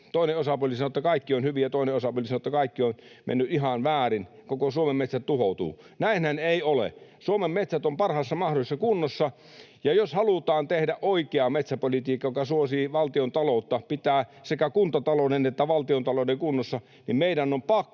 Toinen osapuoli sanoi, että kaikki on hyvin, ja toinen osapuoli sanoi, että kaikki on mennyt ihan väärin, koko Suomen metsät tuhoutuvat. Näinhän ei ole. Suomen metsät ovat parhaassa mahdollisessa kunnossa, ja jos halutaan tehdä oikeaa metsäpolitiikkaa, joka suosii valtiontaloutta, pitää sekä kuntatalouden että valtiontalouden kunnossa, niin meidän on pakko